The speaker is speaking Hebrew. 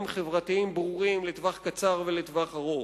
חברתיים ברורים לטווח קצר ולטווח ארוך.